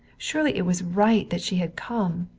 surely it was right that she had come.